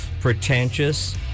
pretentious